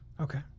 Okay